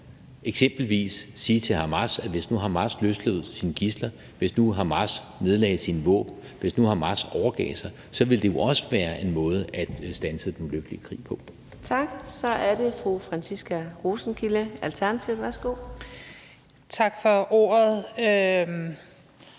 eksempelvis også sige til Hamas, at hvis nu Hamas løslod sine gidsler, hvis nu Hamas nedlagde sine våben, hvis nu Hamas overgav sig, så ville det jo også være en måde at standse den ulykkelige krig på. Kl. 17:56 Fjerde næstformand (Karina Adsbøl): Tak. Så er det